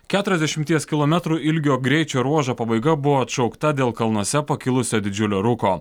keturiasdešimties kilometrų ilgio greičio ruožo pabaiga buvo atšaukta dėl kalnuose pakilusio didžiulio rūko